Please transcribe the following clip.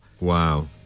Wow